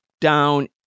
down